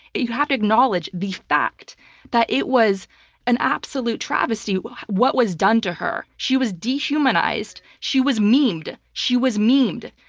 you have to acknowledge the fact that it was an absolute travesty what what was done to her. she was dehumanized. she was memed. she was memed.